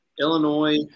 Illinois